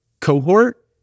cohort